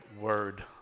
word